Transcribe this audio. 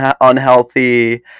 unhealthy